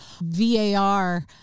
VAR